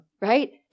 right